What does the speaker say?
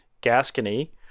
Gascony